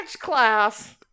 class